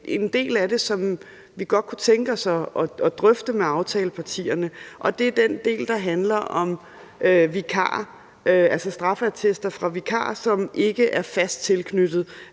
en del af det, som vi i SF godt kunne tænke os at drøfte med aftalepartierne, og det er den del, der handler om vikarer, altså straffeattester fra vikarer, som ikke er fast tilknyttet